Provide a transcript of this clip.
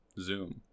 Zoom